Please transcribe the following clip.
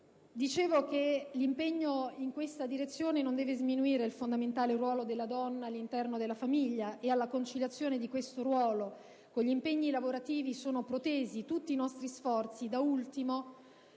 dicevo, l'impegno in questa direzione non deve sminuire il fondamentale ruolo della donna all'interno della famiglia, ed alla conciliazione di questo ruolo con gli impegni lavorativi sono protesi tutti i nostri sforzi, da ultimo